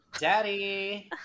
Daddy